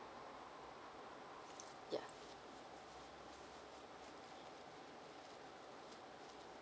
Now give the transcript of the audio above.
ya